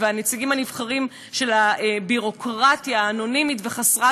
הנציגים הנבחרים של ביורוקרטיה אנונימית וחסרת